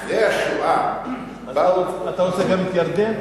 אחרי השואה באו, אתה רוצה גם את ירדן?